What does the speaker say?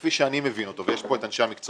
כפי שאני מבין אותו ויש פה את אנשי המקצוע